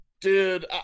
dude